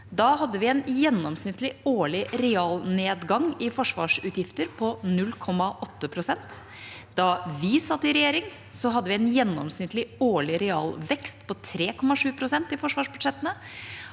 hadde vi en gjennomsnittlig årlig realnedgang i forsvarsutgifter på 0,8 pst. Da vi satt i regjering, hadde vi en gjennomsnittlig årlig realvekst på 3,7 pst. i forsvarsbudsjettene.